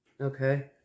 Okay